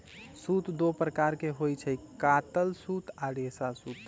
सूत दो प्रकार के होई छई, कातल सूत आ रेशा सूत